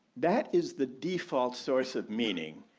that is the default source of meaning,